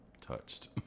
touched